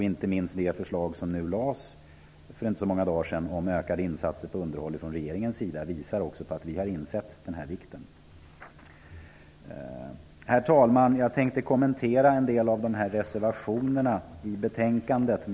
Inte minst det förslag som regeringen lade fram för några dagar sedan om ökade insatser för underhåll visar att vi har insett hur viktigt det är. Herr talman! Jag tänkte kommentera en del av reservationerna i betänkandet.